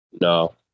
No